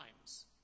times